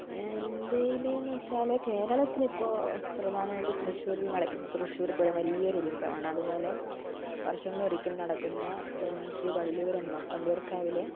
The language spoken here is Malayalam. ഇന്ത്യയിലെന്നു വച്ചാൽ കേരളത്തിലിപ്പോൾ പ്രധാനമായിട്ട് തൃശ്ശൂരിൽ നടക്കുന്ന തൃശ്ശൂർപ്പൂരം വലിയ ഒരുത്സവം ആണ് അതുപോലെ വർഷങ്ങളിൽ ഒരിക്കൽ നടക്കുന്ന ശ്രീ വള്ളിയൂരമ്മ വള്ളിയൂർക്കാവിലെ